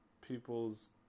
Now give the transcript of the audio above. people's